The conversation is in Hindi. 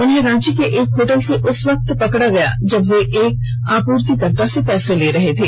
उन्हें रांची के एक होटल से उस वक्त पकड़ा गया जब वे एक आपूर्तिकर्ता से पैसे ले रहे थे